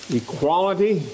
equality